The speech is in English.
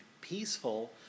peaceful